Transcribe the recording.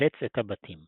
ולשפץ את הבתים.